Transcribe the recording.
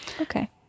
Okay